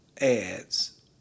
ads